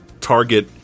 Target